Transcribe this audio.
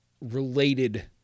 related